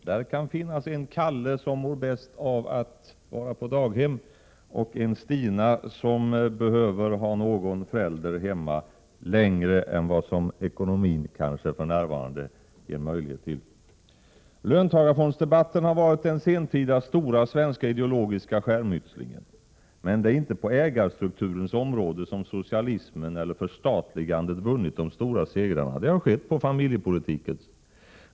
Där kan finnas en Kalle som mår bäst av att vara på daghem och en Stina som behöver ha någon förälder hemma längre än vad ekonomin kanske för närvarande ger möjlighet till. Löntagarfondsdebatten har varit den sentida stora svenska ideologiska skärmytslingen. Men det är inte på ägarstrukturens område som socialismen, förstatligandet, vunnit de stora segrarna. Det har skett på familjepolitikens område.